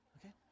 Okay